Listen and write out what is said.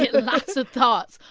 lots of thoughts.